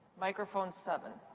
microphone seven.